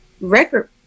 record